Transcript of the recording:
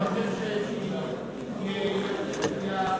הם לא באים לשר לבקש שייתנו להם